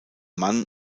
mann